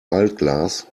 altglas